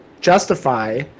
justify